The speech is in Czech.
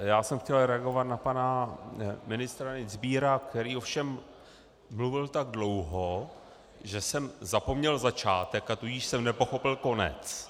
Já jsem chtěl reagovat na pana ministra Dienstbiera, který ovšem mluvil tak dlouho, že jsem zapomněl začátek, a tudíž jsem nepochopil konec.